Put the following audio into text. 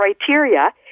criteria